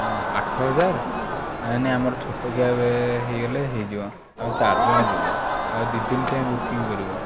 ଆଠ ହଜାର ନାଇଁ ନାଇଁ ଆମର ଛୋଟୋ କ୍ୟାବ୍ ହେଇଗଲେ ହେଇଯିବ ଆମେ ଚାରଜଣ ଯିବୁ ଆଉ ଦୁଇଦିନ ପାଇଁ ବୁକିଙ୍ଗ୍ କରିବୁ